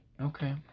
Okay